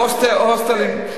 הוסטלים,